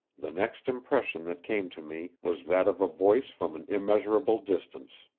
the next impression that came to me was that of a voice from an immeasurable distance.